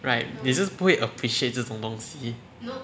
right 你就是不会 appreciate 这种东西